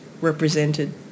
represented